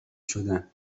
شدم